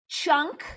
chunk